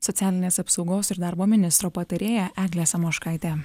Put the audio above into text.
socialinės apsaugos ir darbo ministro patarėja eglė samoškaitė